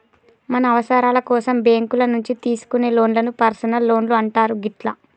మన అవసరాల కోసం బ్యేంకుల నుంచి తీసుకునే లోన్లను పర్సనల్ లోన్లు అంటారు గిట్లా